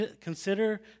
Consider